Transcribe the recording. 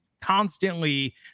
constantly